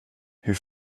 hur